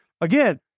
Again